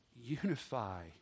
unify